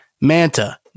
Manta